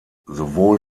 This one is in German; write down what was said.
sowohl